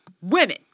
women